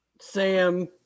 Sam